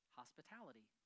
hospitality